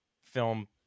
film